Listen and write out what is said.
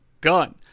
Gun